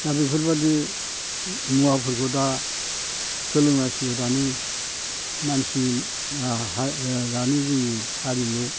दा बेफोरबादि मुवाफोरखौ दा सोलोंनांसिगौ दानि मानसिनि दानि जोंनि हारिमु